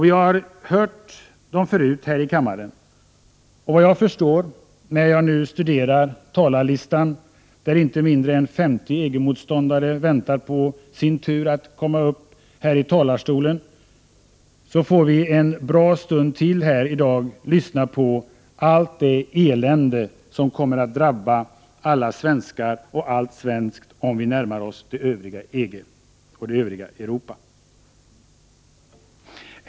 Vi har hört dem förut här i kammaren. Ett stort antal EG-motståndare väntar på sin tur att tala från denna talarstol. Det betyder att vi ytterligare en bra stund får lyssna på allt det elände som kommer att drabba alla svenskar och allt svenskt om vi närmar oss EG och det övriga Europa.